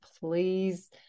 please